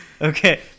Okay